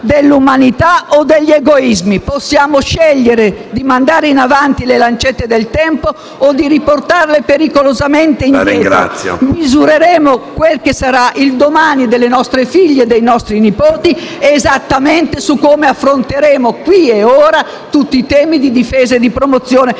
dell'umanità o degli egoismi. Possiamo scegliere di mandare in avanti le lancette del tempo o di riportarle pericolosamente indietro. Misureremo quel che sarà il domani delle nostre figlie e dei nostri nipoti esattamente su come affronteremo, qui e ora, tutti i temi di difesa e di promozione